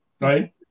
right